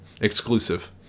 exclusive